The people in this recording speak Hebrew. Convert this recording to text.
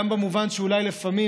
גם במובן שאולי לפעמים,